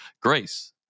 grace